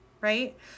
right